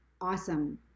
awesome